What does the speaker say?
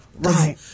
Right